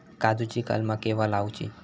काजुची कलमा केव्हा लावची?